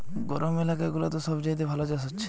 গরম এলাকা গুলাতে সব চাইতে ভালো চাষ হচ্ছে